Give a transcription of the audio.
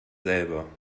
selber